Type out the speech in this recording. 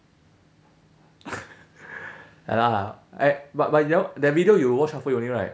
ya lah I but but that one that video you watch halfway only right